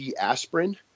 aspirin